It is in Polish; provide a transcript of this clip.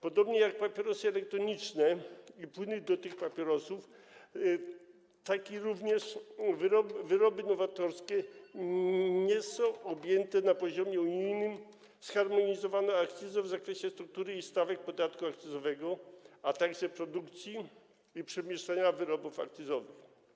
Podobnie jak papierosy elektroniczne i płyny do tych papierosów, wyroby nowatorskie nie są objęte na poziomie unijnym zharmonizowaną akcyzą w zakresie struktury i stawek podatku akcyzowego, a także produkcji i przemieszczania wyrobów akcyzowych.